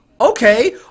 okay